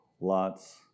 Lot's